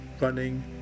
running